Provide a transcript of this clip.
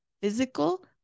physical